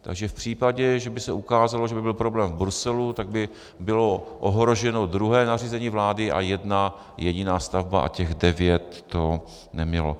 Takže v případě, že by se ukázalo, že by byl problém v Bruselu, tak by bylo ohroženo druhé nařízení vlády a jedna jediná stavba a těch devět to nemělo.